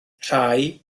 rhai